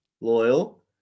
loyal